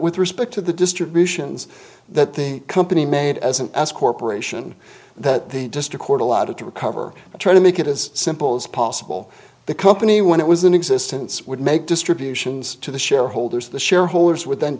with respect to the distributions that the company made as an s corporation that the district court allowed to recover to try to make it as simple as possible the company when it was in existence would make distributions to the shareholders of the shareholders would